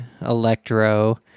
Electro